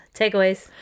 Takeaways